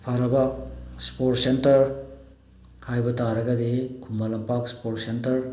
ꯐꯔꯕ sports centre ꯍꯥꯏꯕ ꯇꯥꯔꯒꯗꯤ ꯈꯨꯃꯟ ꯂꯝꯄꯥꯛ ꯁ꯭ꯄꯣꯔꯁ ꯁꯦꯟꯇꯔ